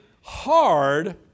hard